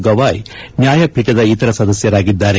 ಗವಾಯ್ ನ್ಯಾಯಪೀಠದ ಇತರ ಸದಸ್ಯರಾಗಿದ್ದಾರೆ